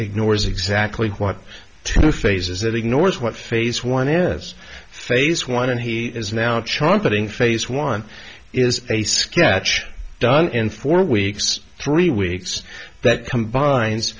ignores exactly what two phases that ignores what phase one is phase one and he is now charting face one is a sketch done in four weeks three weeks that combines